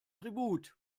tribut